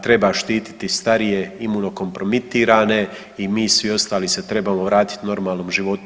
Treba štititi starije, imuno kompromitirane i mi svi ostali se trebamo vratiti normalnom životu.